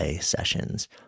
sessions